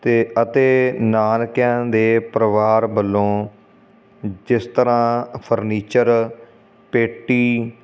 ਅਤੇ ਅਤੇ ਨਾਨਕਿਆਂ ਦੇ ਪਰਿਵਾਰ ਵੱਲੋਂ ਜਿਸ ਤਰ੍ਹਾਂ ਫਰਨੀਚਰ ਪੇਟੀ